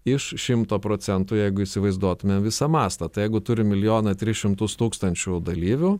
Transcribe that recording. iš šimto procentų jeigu įsivaizduotumėm visą mastą tai jeigu turim milijoną tris šimtus tūkstančių dalyvių